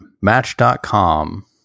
Match.com